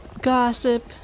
gossip